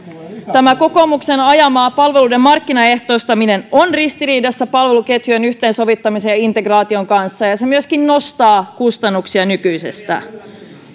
kokoomuksen ajama palveluiden markkinaehtoistaminen on ristiriidassa palveluketjujen yhteensovittamisen ja integraation kanssa ja ja se myöskin nostaa kustannuksia nykyisestä